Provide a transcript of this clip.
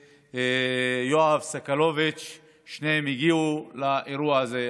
ויואב סגלוביץ'; שניהם הגיעו לאירוע הזה.